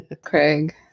craig